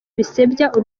bisebya